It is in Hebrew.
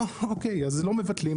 אוקיי אז הם לא מבטלים.